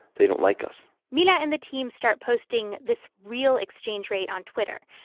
they don't like us mila and the team start posting this real exchange rate on twitter,